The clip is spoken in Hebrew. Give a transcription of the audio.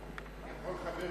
יכול חבר כנסת,